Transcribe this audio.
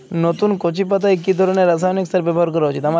নতুন কচি পাতায় কি ধরণের রাসায়নিক সার ব্যবহার করা উচিৎ?